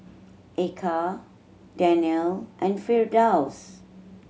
Eka Daniel and Firdaus